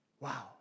Wow